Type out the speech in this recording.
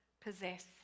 possess